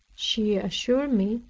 she assured me,